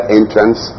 entrance